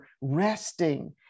resting